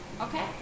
okay